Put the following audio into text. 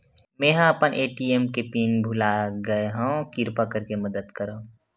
मेंहा अपन ए.टी.एम के पिन भुला गए हव, किरपा करके मदद करव